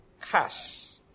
cash